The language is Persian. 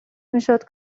میشد